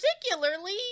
particularly